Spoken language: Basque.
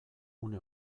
une